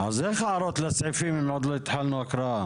אז איך הערות לסעיפים אם עוד לא התחלנו הקראה?